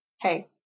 hey